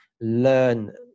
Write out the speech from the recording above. learn